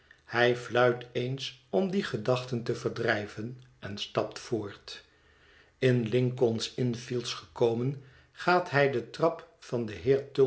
hij fluit eens om die gedachten te verdrijven en stapt voort in lincoln's inn fields gekomen gaat hij de trap van den